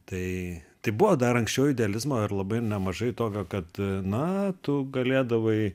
tai tai buvo dar anksčiau idealizmo ir labai ir nemažai tokio kad na tu galėdavai